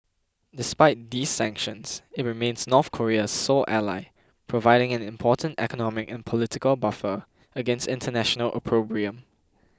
despite these sanctions it remains North Korea's sole ally providing an important economic and political buffer against international opprobrium